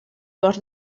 bosc